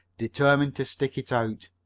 determined to stick it out.